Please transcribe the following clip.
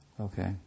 Okay